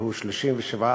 כבוד היושב-ראש,